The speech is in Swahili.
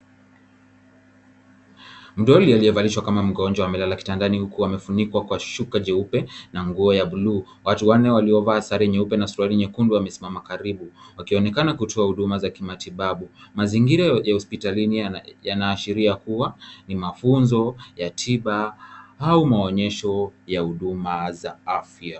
Mdoli aliyevalishwa kama mgonjwa amelala kitandani huu amefunikwa kwa shuka jeupe na nguo ya buluu. Watu wanne waliovaa sare nyeupe na suruali nyekundu wamesimama karibu wakionekana kutoa huduma za kimatibabu. Mazingira ya hospitalini yanaashiria kwamba ni mafunzo ya tima au maonyesho ya huduma za afya.